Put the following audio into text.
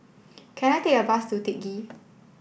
can I take a bus to Teck Ghee